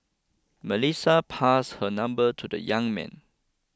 Melissa pass her number to the young man